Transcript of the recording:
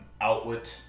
outlet